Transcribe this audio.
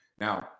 Now